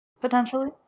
potentially